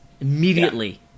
immediately